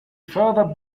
further